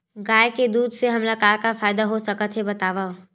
गाय के दूध से हमला का का फ़ायदा हो सकत हे बतावव?